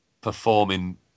performing